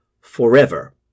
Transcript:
forever